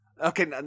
Okay